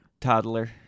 toddler